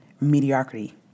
mediocrity